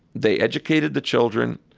they educated the children.